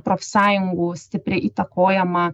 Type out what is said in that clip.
profsąjungų stipriai įtakojama